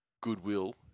goodwill